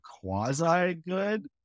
quasi-good